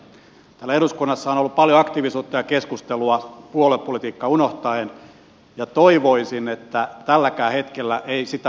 täällä eduskunnassa on ollut paljon aktiivisuutta ja keskustelua puoluepolitiikka unohtaen ja toivoisin että tälläkään hetkellä ei sitä unohdettaisi